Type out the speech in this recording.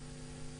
יש